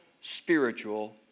spiritual